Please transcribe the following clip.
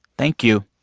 thank you